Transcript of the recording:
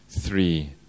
three